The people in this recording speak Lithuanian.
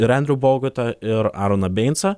ir endriu bogutą ir aroną beinsą